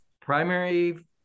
primary